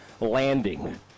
Landing